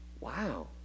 Wow